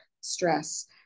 stress